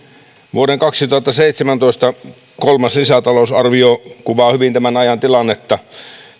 vuoden kaksituhattaseitsemäntoista kolmas lisätalousarvio kuvaa hyvin tämän ajan tilannetta